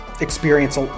experience